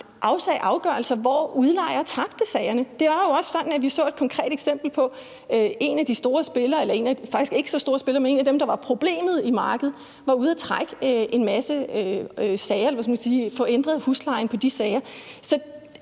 traf afgørelser, hvor udlejer tabte sagerne. Det var jo også sådan, at vi så et konkret eksempel på, at en af de faktisk ikke så store spillere, men en af dem, der udgjorde et problem på markedet, var ude og få ændret huslejen i forbindelse med de sager.